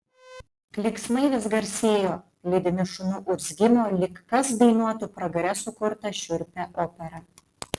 klyksmai vis garsėjo lydimi šunų urzgimo lyg kas dainuotų pragare sukurtą šiurpią operą